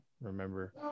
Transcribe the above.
remember